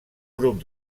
grup